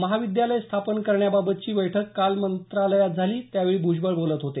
महाविद्यालय स्थापन करण्याबाबतची बैठक काल मंत्रालयात झाली त्यावेळी भ्जबळ बोलत होते